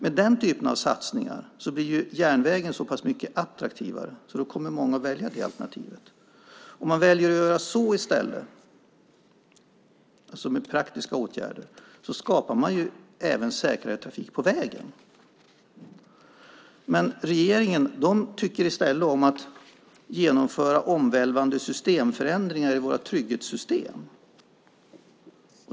Med den typen av satsningar blir järnvägen så pass mycket attraktivare att många kommer att välja det alternativet. Om man väljer att vidta sådana praktiska åtgärder i stället skapar man även säkrare trafik på vägen. Men regeringen tycker i stället om att genomföra omvälvande systemförändringar i våra trygghetssystem.